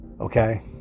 Okay